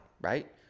right